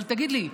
אבל תגיד לי,